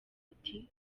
ati